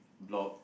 block